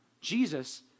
Jesus